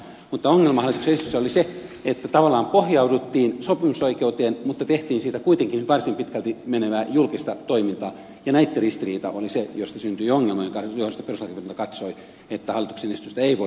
mutta ongelma hallituksen esityksessä oli se että tavallaan pohjauduttiin sopimusoikeuteen mutta tehtiin siitä kuitenkin varsin pitkälle menevää julkista toimintaa ja näitten ristiriita oli se josta syntyi ongelma jonka johdosta perustuslakivaliokunta katsoi että lapsi teivo